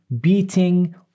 beating